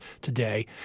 today